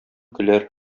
көләр